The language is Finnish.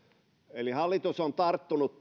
eli hallitus on tarttunut